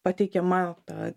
pateikiama ta